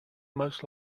most